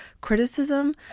criticism